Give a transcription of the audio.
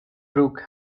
brook